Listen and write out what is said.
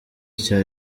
cya